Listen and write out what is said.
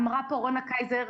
אמרה פה רונה קייזר,